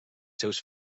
seus